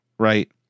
right